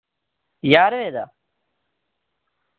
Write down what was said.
ज्हार रपे दा